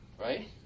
right